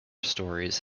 stories